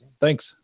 Thanks